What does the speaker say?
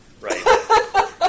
Right